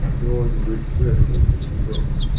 gnawing the root furtively as she went.